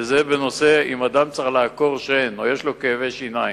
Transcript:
וזה בנושא: אם אדם צריך לעקור שן או יש לו כאבי שיניים,